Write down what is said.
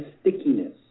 stickiness